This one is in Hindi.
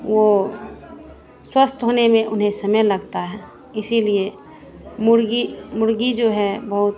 वो स्वस्थ होने में उन्हें समय लगता है इसलिए मुर्गी मुर्गी जो है बहुत